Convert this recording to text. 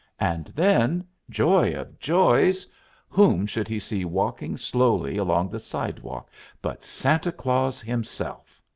and then joy of joys whom should he see walking slowly along the sidewalk but santa claus himself!